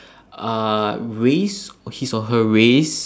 uh race his or her race